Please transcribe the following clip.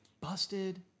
busted